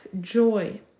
joy